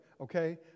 okay